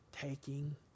taking